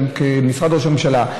או גם משרד ממשלה.